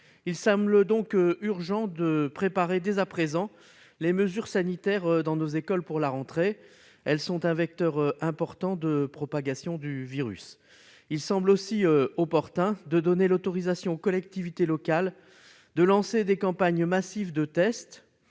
Il semble donc urgent de préparer dès à présent les mesures sanitaires qui seront appliquées dans nos écoles à la rentrée, car elles seront un vecteur important de lutte contre la propagation du virus. Il semble aussi opportun de donner l'autorisation aux collectivités locales de lancer des campagnes massives de tests